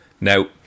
Now